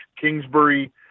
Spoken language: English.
Kingsbury